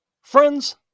Friends